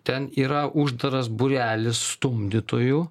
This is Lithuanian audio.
ten yra uždaras būrelis stumdytojų